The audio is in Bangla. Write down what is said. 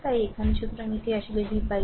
তাই এখানে সুতরাং এটি আসলে V ৪